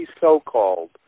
so-called